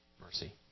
mercy